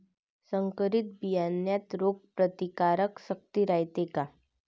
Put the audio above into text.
संकरित बियान्यात रोग प्रतिकारशक्ती रायते का?